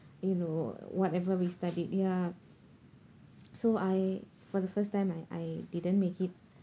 you know whatever we studied ya so I for the first time I I didn't make it